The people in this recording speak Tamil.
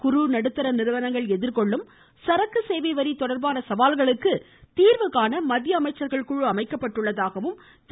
குறு நடுத்தர நிறுவனங்கள் எதிர்கொள்ளும் சரக்கு சேவை வரி சிறு தொடர்பான சவால்களுக்கு தீர்வுகாண மத்திய அமைச்சர்கள் கழு அமைக்கப்பட்டுள்ளதாகவும் திரு